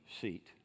seat